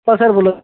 हा सर बोला